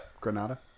Granada